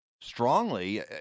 strongly